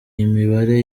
imibare